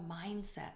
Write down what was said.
mindset